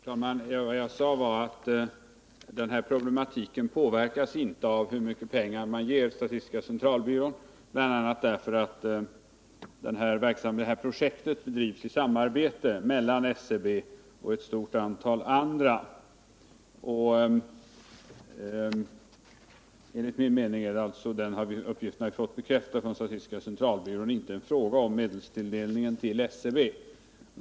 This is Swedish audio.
Herr talman! Vad jag sade var att den här problematiken inte påverkas av hur mycket pengar man ger statistiska centralbyrån, bl.a. därför att projekten bedrivs i samarbete mellan SCB och ett stort antal andra instanser. Enligt min uppfattning — och den har jag fått verifierad från statistiska centralbyrån — är det alltså inte en fråga om medelstilldelningen till SCB.